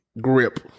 grip